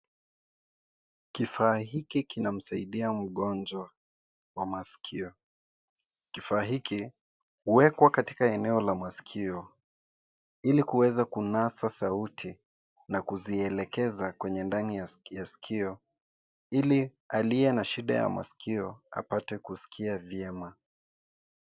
Kifaa hiki kinamsaidia mgonjwa wa masikio. Kifaa hiki huwekwa katika eneo la masikio ili kuweza kunasa sauti na kuzielekeza kwenye ndani ya sikio, ili aliye na shida ya masikio apate kusikia vyema.